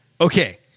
okay